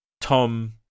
tom